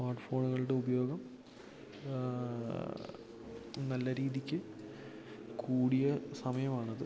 smart ഫോണ്കളുടെ ഉപയോഗം നല്ല രീതിക്ക് കൂടിയ സമയം ആണത്